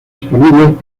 disponibles